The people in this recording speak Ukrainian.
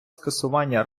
скасування